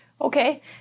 Okay